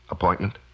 Appointment